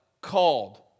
Called